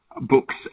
books